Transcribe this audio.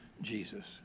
jesus